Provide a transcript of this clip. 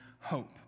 hope